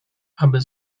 aby